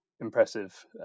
impressive